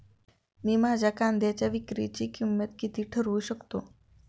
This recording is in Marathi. मी माझ्या कांद्यांच्या विक्रीची किंमत किती ठरवू शकतो?